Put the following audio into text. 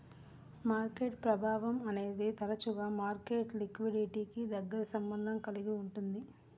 market ప్రభావం అనేది తరచుగా మార్కెట్ లిక్విడిటీకి దగ్గరి సంబంధం కలిగి ఉంటుంది